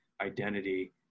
identity